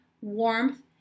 warmth